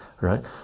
right